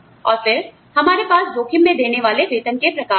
और फिर हमारे पास जोखिम में देने वाले वेतन के प्रकार हैं